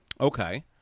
Okay